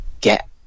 get